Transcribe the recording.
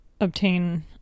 obtain